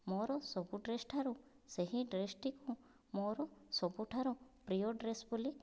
ମୋର ସବୁ ଡ୍ରେସ୍ ଠାରୁ ସେହି ଡ୍ରେସ୍ ଟିକୁ ମୋର ସବୁଠାରୁ ପ୍ରିୟ ଡ୍ରେସ୍ ବୋଲି